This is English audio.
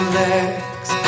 legs